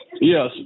Yes